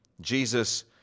Jesus